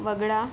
वगळा